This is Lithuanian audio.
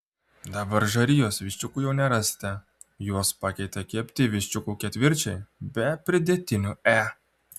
dabar žarijos viščiukų jau nerasite juos pakeitė kepti viščiukų ketvirčiai be pridėtinių e